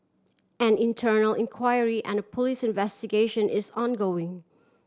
an internal inquiry and police investigation is ongoing